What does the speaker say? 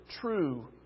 true